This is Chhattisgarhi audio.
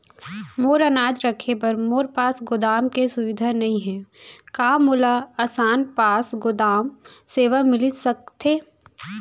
मोर अनाज रखे बर मोर पास गोदाम के सुविधा नई हे का मोला आसान पास गोदाम सेवा मिलिस सकथे?